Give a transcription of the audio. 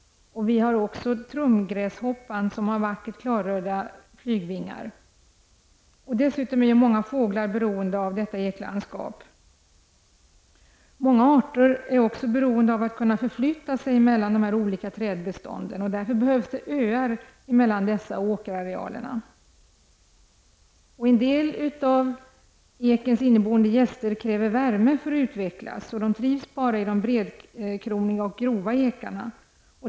Vi har också trumgräshoppan, som har vackert klarröda flygvingar. Många fåglar är dessutom beroende av detta eklandskap. Många arter är beroende av att kunna förflytta sig mellan olika trädbestånd, och därför behövs öar mellan dessa och åkerarealerna. En del av ekens inneboende gäster kräver värme för att utvecklas och trivs bara i bredkroniga och grova ekar.